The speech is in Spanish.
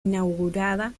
inaugurada